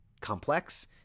complex